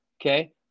Okay